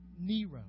Nero